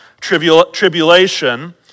tribulation